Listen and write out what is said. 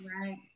right